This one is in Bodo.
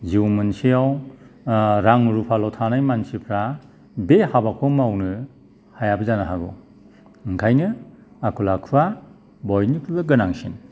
जिउ मोनसेआव रां रुफाल' थानाय मानसिफ्रा बे हाबाखौ मावनो हायाबो जानो हागौ ओंखायनो आखल आखुवा बयनिख्रुइबो गोनांसिन